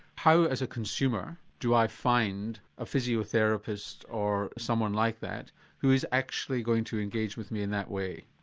how as a consumer do i find a physiotherapist or someone like that who is actually going to engage with me in that way?